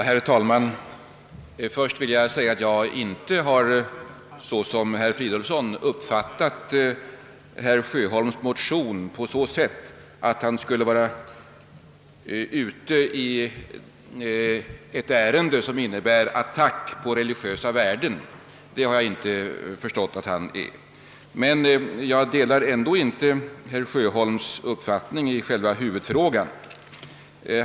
Herr talman! Först vill jag säga att jag inte i likhet med herr Fridolfsson i Stockholm har uppfattat herr Sjöholms motion som en attack mot religiösa värden. Men jag delar ändå inte herr Sjöholms uppfattning i själva huvudfrågan.